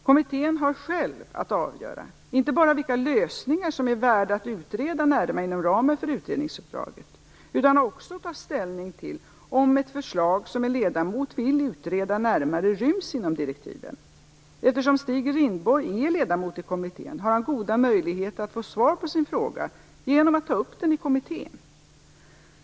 Kommittén har att själv avgöra inte bara vilka lösningar som är värda att utreda närmare inom ramen för utredningsuppdraget utan har också att ta ställning till om ett förslag som en ledamot vill utreda närmare ryms inom direktiven. Eftersom Stig Rindborg är ledamot i kommittén har han goda möjligheter att få svar på sin fråga genom att ta upp den i kommittén.